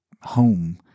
home